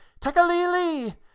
Takalili